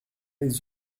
les